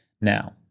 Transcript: Now